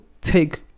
take